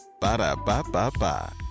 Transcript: Ba-da-ba-ba-ba